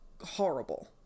horrible